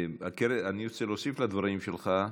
אני רוצה להוסיף לדברים שלך: